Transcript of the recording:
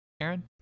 Aaron